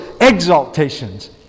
exaltations